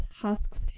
husks